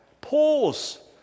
Pause